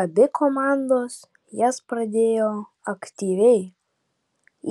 abi komandos jas pradėjo aktyviai